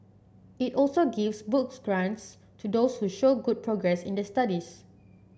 it also gives book grants to those who show good progress in their studies